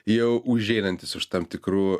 jau užeinantis už tam tikrų